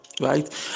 Right